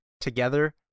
together